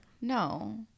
No